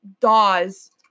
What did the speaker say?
daws